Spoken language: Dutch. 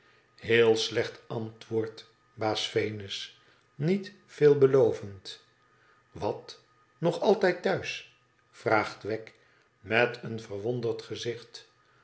heel slecht antwoordt baas venus niet veelbelovend wat nog altoos thuis vraagt wegg met een verwonderd gezicht